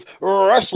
Wrestling